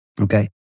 Okay